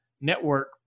network